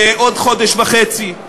בעוד חודש וחצי,